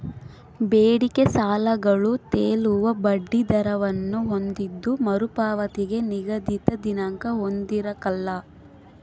ಬೇಡಿಕೆ ಸಾಲಗಳು ತೇಲುವ ಬಡ್ಡಿ ದರವನ್ನು ಹೊಂದಿದ್ದು ಮರುಪಾವತಿಗೆ ನಿಗದಿತ ದಿನಾಂಕ ಹೊಂದಿರಕಲ್ಲ